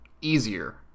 easier